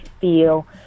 feel